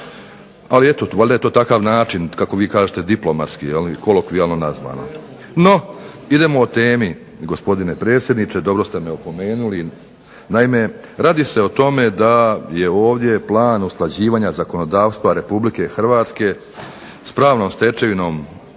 je to takav način kako vi kažete diplomatski, kolokvijalno nazvano. … /Upadica se ne razumije./… No, idemo o temi, gospodine predsjedniče dobro ste me opomenuli. Naime, radi se o tome da je ovdje Plan usklađivanja zakonodavstva RH s pravnom stečevinom